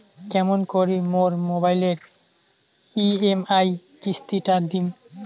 কেমন করি মোর মোবাইলের ই.এম.আই কিস্তি টা দিম?